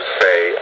say